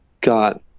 got